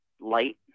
light